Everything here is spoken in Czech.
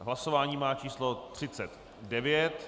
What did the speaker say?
Hlasování má číslo 39.